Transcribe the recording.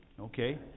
Okay